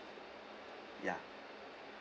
ya